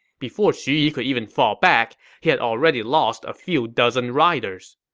before xu yi could even fall back, he had already lost a few dozen riders.